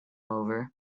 over